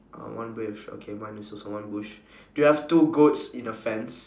uh one bush okay mine is also one bush do you have two goats in a fence